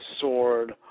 sword